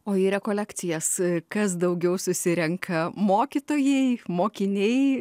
o į rekolekcijas kas daugiau susirenka mokytojai mokiniai